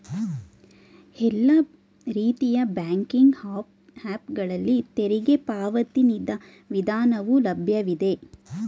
ಎಲ್ಲಾ ರೀತಿಯ banking app ಗಳಲ್ಲಿ ತೆರಿಗೆ ಪಾವತಿ ವಿಧಾನವು ಲಭ್ಯವಿದೆ